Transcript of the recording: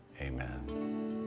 Amen